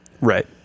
Right